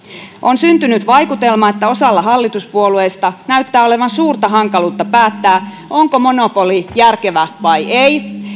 on syntynyt vaikutelma että osalla hallituspuolueista näyttää olevan suurta hankaluutta päättää onko monopoli järkevä vai ei